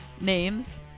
names